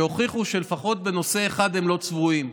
שהוכיחו שלפחות בנושא אחד הם לא צבועים,